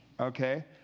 Okay